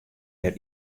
mear